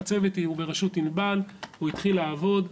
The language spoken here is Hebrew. הצוות הוא בראשות ענבל והוא התחיל לעבוד.